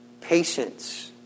Patience